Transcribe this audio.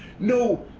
no!